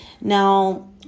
now